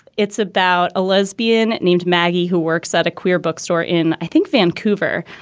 it's about a lesbian named maggie, who works at a queer bookstore in, i think vancouver.